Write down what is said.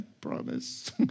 promise